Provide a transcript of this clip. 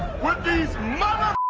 with these mother